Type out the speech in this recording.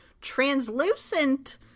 translucent